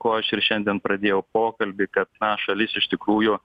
ko aš ir šiandien pradėjau pokalbį kad na šalis iš tikrųjų